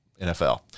NFL